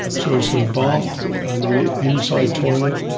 so it's got a bath and an inside toilet.